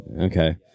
Okay